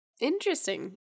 Interesting